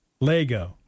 Lego